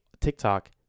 TikTok